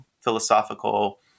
philosophical